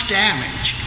damage